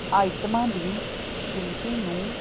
ਆਈਟਮਾਂ ਦੀ ਗਿਣਤੀ ਨੂੰ